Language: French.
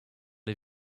les